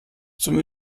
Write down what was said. zum